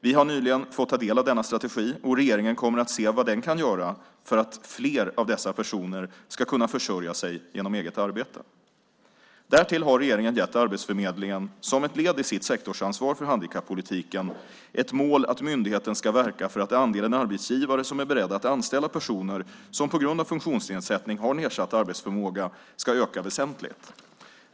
Vi har nyligen fått ta del av denna strategi, och regeringen kommer att se vad den kan göra för att fler av dessa personer ska kunna försörja sig genom eget arbete. Därtill har regeringen gett Arbetsförmedlingen, som ett led i sitt sektorsansvar för handikappolitiken, ett mål att myndigheten ska verka för att andelen arbetsgivare som är beredda att anställa personer som på grund av funktionsnedsättning har nedsatt arbetsförmåga ska öka väsentligt.